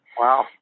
Wow